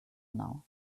now